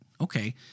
Okay